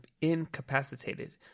incapacitated